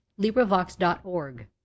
LibriVox.org